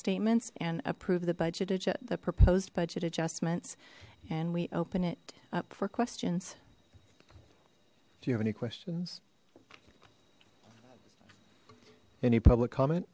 statements and approve the budget of the proposed budget adjustments and we open it up for questions do you have any questions any public comm